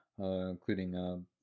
including